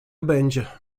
będzie